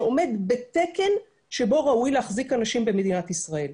שעומד בתקן שבו ראוי להחזיק אנשים במדינת ישראל.